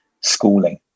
schooling